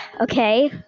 Okay